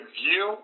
view